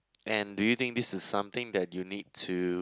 and do you think this is something that you need to